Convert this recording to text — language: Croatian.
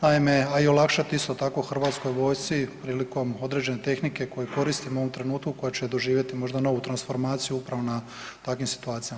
Naime, a i olakšati isto tako Hrvatskoj vojsci prilikom određene tehnike koju koristimo u ovom trenutku koja će doživjeti možda novu transformaciju upravo na takvim situacijama.